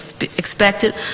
expected